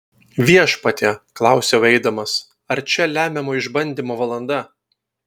viešpatie klausiau eidamas ar čia lemiamo išbandymo valanda